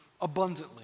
abundantly